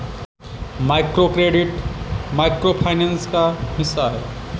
microcredit micro finance का हिस्सा है